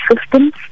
systems